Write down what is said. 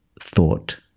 thought